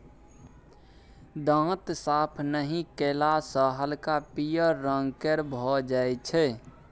दांत साफ नहि कएला सँ हल्का पीयर रंग केर भए जाइ छै